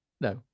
no